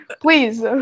please